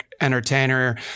Entertainer